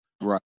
right